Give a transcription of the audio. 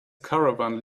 caravan